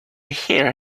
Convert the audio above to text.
hear